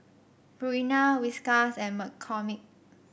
Purina Whiskas and McCormick